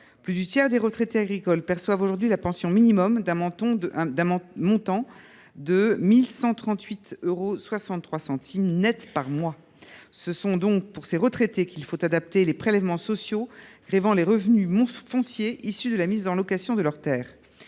Plus du tiers des retraités agricoles perçoivent aujourd’hui la pension minimum, d’un montant de 1138,63 euros net par mois. C’est donc pour ces retraités qu’il faut adapter les prélèvements sociaux grevant les revenus fonciers issus de la mise en location de leurs terres.